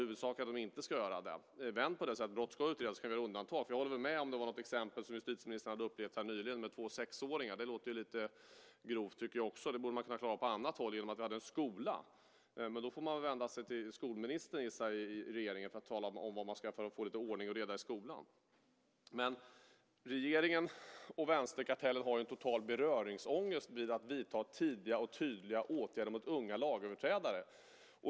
Huvudsaken är att man inte ska göra det. Vänd på det och säg att brott ska utredas! Jag håller med när det gäller det exempel som justitieministern nyligen hade uppe och som gällde två sexåringar. Det tycker också jag låter lite grovt. Det borde kunna klaras av på annat håll, genom skolan. Men då får man vända sig till regeringens skolminister för att tala om vad som ska göras för att få lite ordning och reda i skolan. Regeringen och vänsterkartellen har total beröringsångest när det gäller att vidta tidiga och tydliga åtgärder mot unga lagöverträdare.